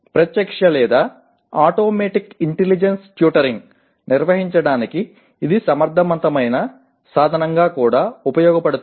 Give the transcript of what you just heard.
ప్రత్యక్ష లేదా automatic intelligent tutoring నిర్వహించడానికి ఇది సమర్థవంతమైన సాధనంగా కూడా ఉపయోగపడుతుంది